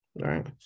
right